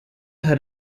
had